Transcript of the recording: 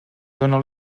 dóna